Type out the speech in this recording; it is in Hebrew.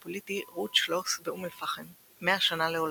פוליטי "רות שלוס באום אל פחם - מאה שנה להולדתה",